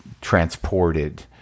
transported